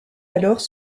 alors